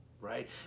right